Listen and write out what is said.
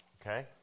Okay